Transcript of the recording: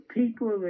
people